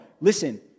listen